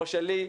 לא שלי,